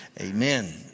Amen